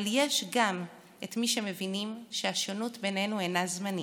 אבל יש גם את מי שמבינים שהשונות בינינו אינה זמנית,